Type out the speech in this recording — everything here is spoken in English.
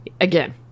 again